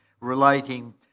relating